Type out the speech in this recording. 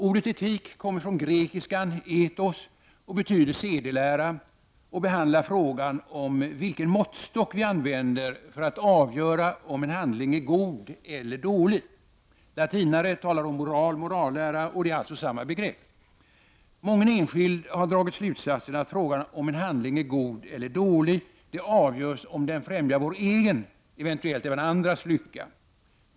Ordet etik kommer från grekiskan — ethos — och betyder sedelära och behandlar frågan om vilken måttstock vi använder för att avgöra om en handling är god eller dålig. Latinare talar om moral, morallära, och det är alltså samma begrepp. Mången enskild har dragit slutsatsen att frågan om en handling är god eller dålig avgörs av om den främjar vår egen — eventuellt även andras — lycka.